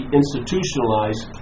institutionalized